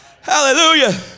Hallelujah